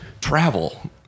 travel